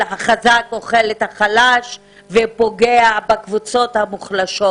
של "החזק אוכל את החלש" ופוגע בקבוצות המוחלשות.